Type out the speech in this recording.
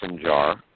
jar